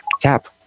Tap